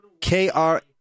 K-R